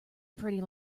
pretty